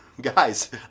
guys